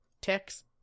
text